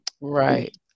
Right